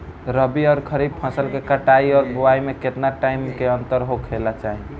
रबी आउर खरीफ फसल के कटाई और बोआई मे केतना टाइम के अंतर होखे के चाही?